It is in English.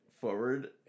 forward